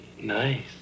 nice